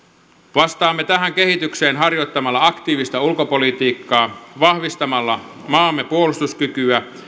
vastaamme tähän kehitykseen harjoittamalla aktiivista ulkopolitiikkaa vahvistamalla maamme puolustuskykyä